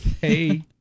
Hey